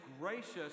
gracious